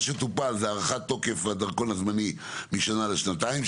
מה שטופל זה הארכת תוקף לדרכון הזמני משנה לשנתיים,